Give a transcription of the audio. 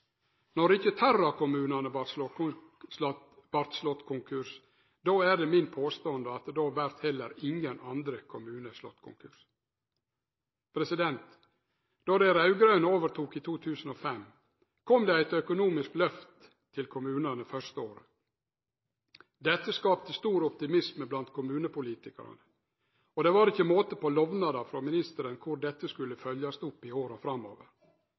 Når ikkje Terra-kommunane vart slått konkurs, er det min påstand at då vert heller ingen andre kommunar slått konkurs. Då dei raud-grøne overtok i 2005, kom det eit økonomisk løft til kommunane første året. Dette skapte stor optimisme blant kommunepolitikarane, og det var ikkje måte på lovnader frå ministeren om korleis dette skulle verte følgd opp i åra framover.